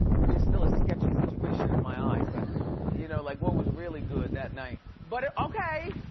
which is still a sketchy situation in my eyes, but you know like what was really good that night? but ah okay,